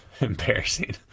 embarrassing